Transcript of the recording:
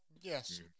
yes